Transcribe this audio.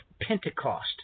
Pentecost